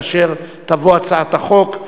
כאשר תבוא הצעת החוק,